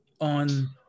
on